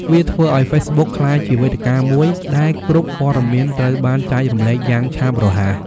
វាធ្វើឱ្យហ្វេសប៊ុកក្លាយជាវេទិកាមួយដែលគ្រប់ព័ត៌មានត្រូវបានចែករំលែកយ៉ាងឆាប់រហ័ស។